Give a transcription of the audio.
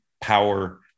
power